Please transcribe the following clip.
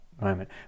moment